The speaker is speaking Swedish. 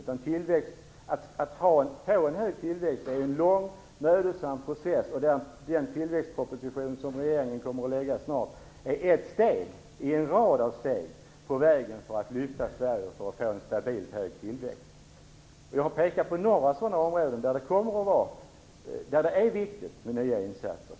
Att få en hög tillväxt är en lång och mödosam process. Den tillväxtproposition som regeringen snart kommer att framlägga är ett steg i en rad av steg på vägen för att lyfta Sverige till en stabil tillväxt. Jag har pekat på några sådana områden där det är viktigt med nya insatser.